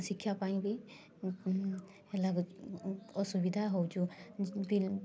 ଶିକ୍ଷା ପାଇଁ ବି ହେଲା ଅସୁବିଧା ହଉଛୁ ପିଲା